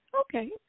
okay